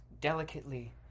delicately